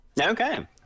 Okay